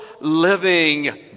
living